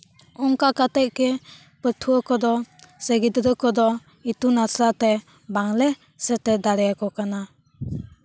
ᱚᱱᱠᱟ ᱠᱟᱛᱮᱜ ᱜᱮ ᱯᱟᱹᱴᱷᱩᱣᱟᱹ ᱠᱚᱫᱚ ᱥᱮ ᱜᱤᱫᱽᱨᱟᱹ ᱠᱚᱫᱚ ᱤᱛᱩᱱ ᱟᱥᱲᱟᱛᱮ ᱵᱟᱝᱞᱮ ᱥᱮᱴᱮᱨ ᱫᱟᱲᱮ ᱟᱠᱚ ᱠᱟᱱᱟ